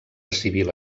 civil